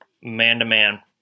man-to-man